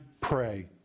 pray